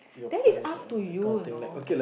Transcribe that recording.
that is up to you you know